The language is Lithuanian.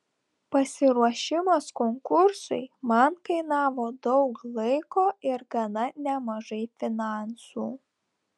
pasiruošimas konkursui man kainavo daug laiko ir gana nemažai finansų